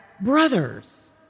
brothers